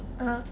(uh huh)